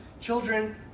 Children